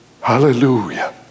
Hallelujah